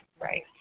Right